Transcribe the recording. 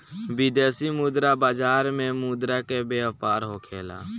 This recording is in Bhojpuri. विदेशी मुद्रा बाजार में मुद्रा के व्यापार होखेला